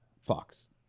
Fox